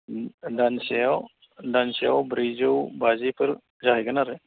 ओम दानसेयाव दानसेयाव ब्रैजौ बाजिफोर जाहैगोन आरो